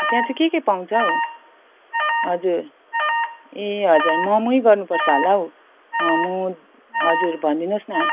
त्यहाँ चाहिँ के के पाउँछौँ हजुर ए हजुर मम गर्नु पर्छ होला हौ मम हजुर भनिदिनु होस् न